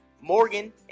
morgan